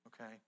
okay